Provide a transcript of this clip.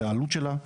זאת העלות שלה.